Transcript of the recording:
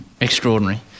Extraordinary